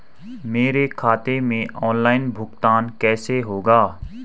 मेरे खाते में ऑनलाइन भुगतान कैसे होगा?